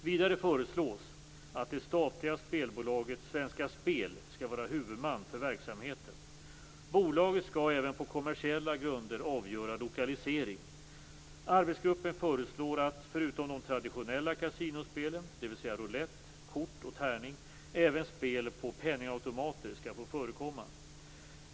Vidare föreslås att det statliga spelbolaget Svenska Spel skall vara huvudman för verksamheten. Bolaget skall även på kommersiella grunder avgöra lokalisering. Arbetsgruppen föreslår att förutom de traditionella kasinospelen, dvs. roulett, kort och tärning, även spel på penningautomater skall få förekomma.